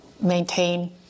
maintain